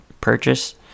purchase